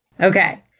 Okay